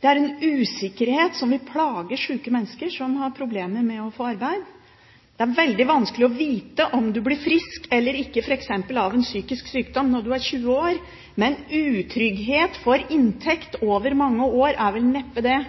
Det er en usikkerhet som vil plage sjuke mennesker som har problemer med å få arbeid. Det er veldig vanskelig å vite om du blir frisk f.eks. av en psykisk sykdom når du er 20 år, men utrygghet for inntekt over mange år er vel neppe det